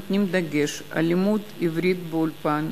נותנים דגש על לימוד עברית באולפן,